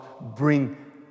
bring